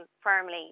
firmly